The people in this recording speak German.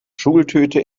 schultüte